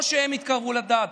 או שהם יתקרבו לדת,